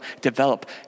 develop